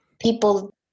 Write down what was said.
people